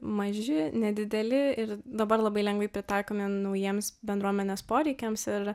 maži nedideli ir dabar labai lengvai pritaikomi naujiems bendruomenės poreikiams ir